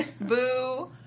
Boo